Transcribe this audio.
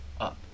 up